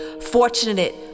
fortunate